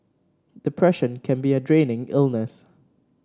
depression can be a draining illness